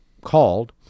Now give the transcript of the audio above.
called